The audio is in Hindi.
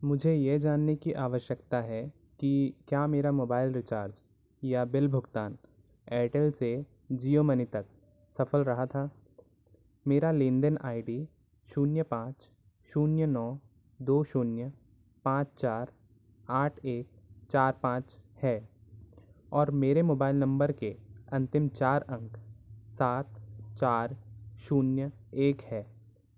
मुझे यह जानने की आवश्यकता है कि क्या मेरा मोबाइल रिचार्ज या बिल भुगतान एयरटेल से जियोमनी तक सफल रहा था मेरा लेन देन आई डी शून्य पाँच शून्य नौ दो शून्य पाँच चार आठ एक चार पाँच है और मेरे मोबाइल नंबर के अंतिम चार अंक सात चार शून्य एक हैं